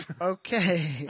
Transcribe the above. okay